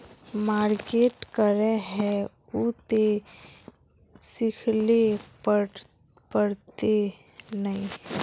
Market करे है उ ते सिखले पड़ते नय?